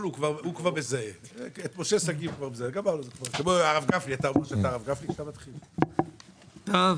תקציב